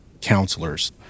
counselors